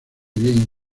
bien